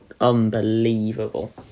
unbelievable